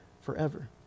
forever